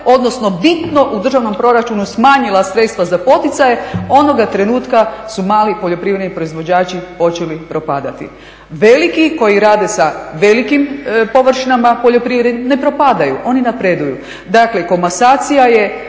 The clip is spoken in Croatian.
odnosno bitno u državnom proračunu smanjila sredstva za poticaje, onoga trenutka su mali poljoprivredni proizvođači počeli propadati. Veliki koji rade sa velikim poljoprivrednim površinama ne propadaju, oni napreduju. Dakle komasacija sine